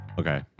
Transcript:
okay